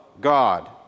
God